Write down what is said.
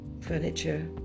furniture